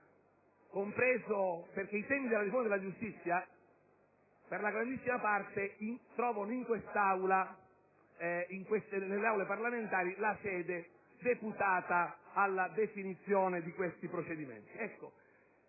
perché i temi della riforma della giustizia, per la grandissima parte, trovano nelle Aule parlamentari la sede deputata alla definizione di questi procedimenti;